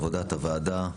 עבודת הוועדה,